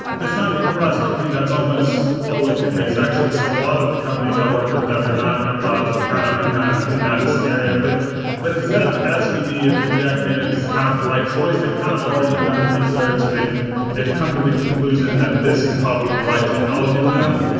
that's not an enterprise company. that's almost always the case actually. so a lot of the companies i work with that are not enterprise are kind of in that in that scenario, but but instead of asking me of react native is kind of the right choice, they've kind of already done research and they've they've come to the conclusion that this is probably the right technology for them.